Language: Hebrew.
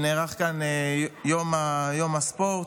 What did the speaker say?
נערך כאן יום הספורט,